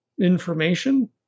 information